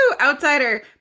outsider